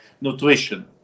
nutrition